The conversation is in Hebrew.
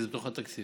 כי זה בתוך התקציב.